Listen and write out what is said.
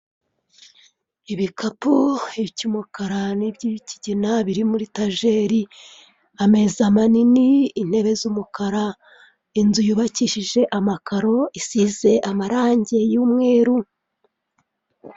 Ibikapu, icy'umukara n'iby'ikigina biri muri etajeri, ameza manini, intebe z'umukara, inzu yubakishije amakaro isize amarange y'umweru.